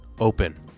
open